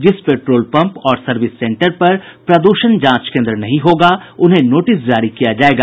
जिस petrol pump और service centre पर प्रद्षण जांच केन्द्र नहीं होगा उन्हें नोटिस जारी किया जायेगा